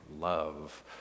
love